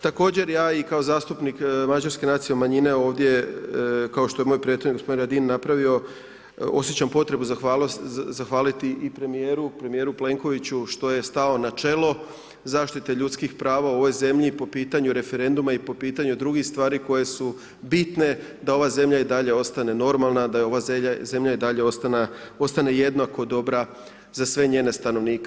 Također ja kao zastupnik mađarske nacionalne manjine ovdje kao što je moj prijatelj gospodin Radin napravio, osjećaj potrebu zahvaliti premjeru Plenkoviću što je stao na čelo zaštite ljudskih prava u ovoj zemlji, po pitanju referenduma i po pitanju drugih stvari koje su bitne da ova zemlja i dalje ostane normalna, da i ova zemlja i dalje ostane jednako dobra za sve njene stanovnike.